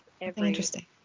interesting